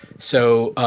so